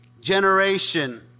generation